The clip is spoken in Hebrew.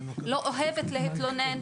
לא אוהבת להתלונן.